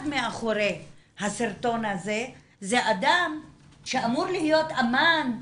מאחורי הסרטון הזה זה אדם שאמור להיות אמן,